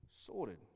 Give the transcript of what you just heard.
sorted